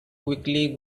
quickly